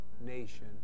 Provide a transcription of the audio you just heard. nation